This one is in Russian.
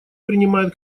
принимает